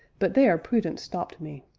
but there prudence stopped me.